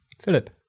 Philip